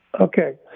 Okay